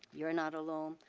you are not alone.